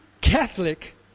Catholic